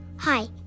Hi